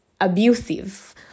abusive